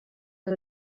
que